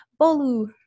bolu